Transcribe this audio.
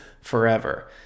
forever